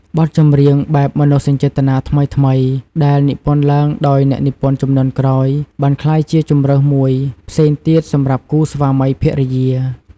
បទចម្រៀងបែបមនោសញ្ចេតនាថ្មីៗ ដែលនិពន្ធឡើងដោយអ្នកនិពន្ធជំនាន់ក្រោយ បានក្លាយជាជម្រើសមួយផ្សេងទៀតសម្រាប់គូស្វាមីភរិយា។